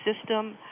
system